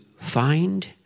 find